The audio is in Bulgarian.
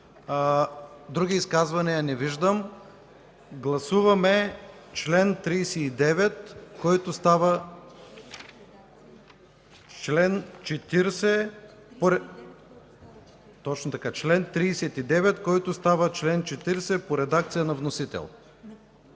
Други изказвания? Не виждам. Гласуваме чл. 39, който става чл. 40 в редакция на Комисията.